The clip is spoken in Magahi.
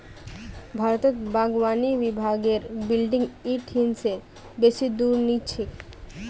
भारतत बागवानी विभागेर बिल्डिंग इ ठिन से बेसी दूर नी छेक